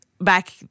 back